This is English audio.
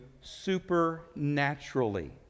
supernaturally